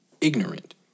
ignorant